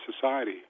society